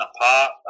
apart